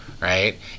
right